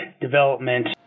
development